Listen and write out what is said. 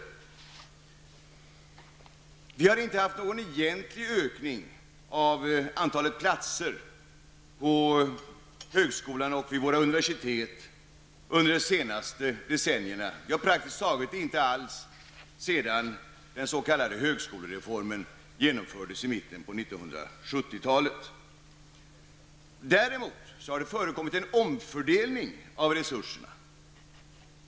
Under de senaste decennierna har det inte skett någon egentlig ökning av antalet platser på högskolan och vid våra universitet -- ja, praktiskt taget inte någon ökning alls sedan den s.k. Det har däremot förekommit en omfördelning av resurserna.